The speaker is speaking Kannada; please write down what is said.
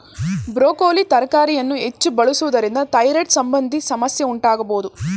ಬ್ರೋಕೋಲಿ ತರಕಾರಿಯನ್ನು ಹೆಚ್ಚು ಬಳಸುವುದರಿಂದ ಥೈರಾಯ್ಡ್ ಸಂಬಂಧಿ ಸಮಸ್ಯೆ ಉಂಟಾಗಬೋದು